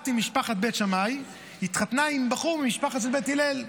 בת משפחת בית שמאי התחתנה עם בחור ממשפחת בית הלל.